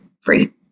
free